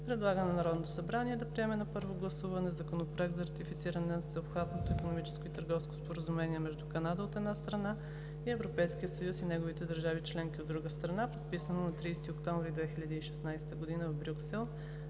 предлага на Народното събрание да приеме на първо гласуване Законопроект за ратифициране на Всеобхватното икономическо и търговско споразумение между Канада, от една страна, и Европейския съюз и неговите държави членки, от друга страна, подписано на 30 октомври 2016 г. в Брюксел,